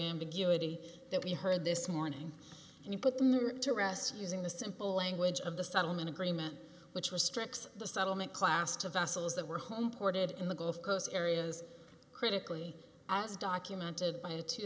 indignity that we heard this morning and you put them there to rest using the simple language of the settlement agreement which was stretched the settlement class to vessels that were home ported in the gulf coast areas critically as documented by a two